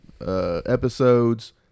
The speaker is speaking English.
episodes